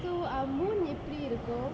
so um moon எப்பிடி இருக்கும்:eppidi irukkum